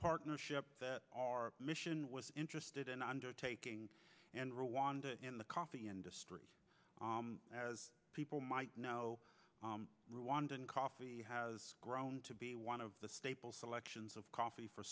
partnership that our mission was interested in undertaking and rwanda in the coffee industry as people might know rwandan coffee has grown to be one of the staple selections of coffee for